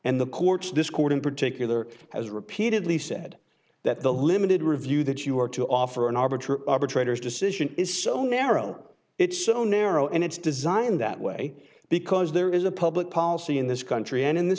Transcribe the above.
and the courts discord in particular has repeatedly said that the limited review that you were to offer an arbitrary traders decision is so narrow it's so narrow and it's designed that way because there is a public policy in this country and in th